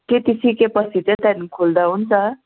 त्यति सिकेपछि चाहिँ त्यहाँदेखिन् खोल्दा हुन्छ